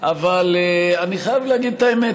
אבל אני חייב להגיד את האמת,